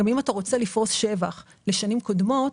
אם אתה רוצה לפרוס שבח לשנים קודמות,